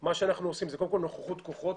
מה שאנחנו עושים זה קודם כל נוכחות כוחות.